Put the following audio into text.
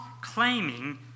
claiming